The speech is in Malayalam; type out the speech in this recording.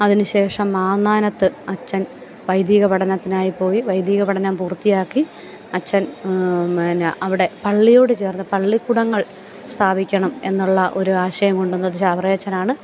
അതിനുശേഷം മാന്നാനത്ത് അച്ചൻ വൈദികപഠനത്തിനായി പോയി വൈദികപഠനം പൂർത്തിയാക്കി അച്ചൻ അവിടെ പള്ളിയോട് ചേർന്ന് പള്ളിക്കൂടങ്ങൾ സ്ഥാപിക്കണം എന്നുള്ള ഒരാശയം കൊണ്ടുവന്നത് ചാവറയച്ചനാണ്